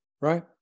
right